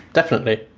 definitely.